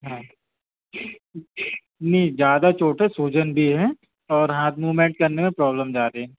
हाँ नी ज़्यादा चोट है सूजन भी है और हाथ मूवमेंट करने में प्रॉब्लम्स आ रही हैं